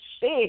big